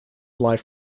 life